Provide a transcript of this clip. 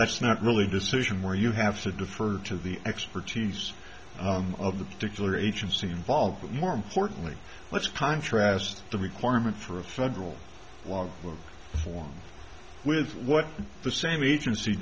that's not really a decision where you have to defer to the expertise of the particular agency involved but more importantly let's contrast the requirements for a federal law form with what the same agency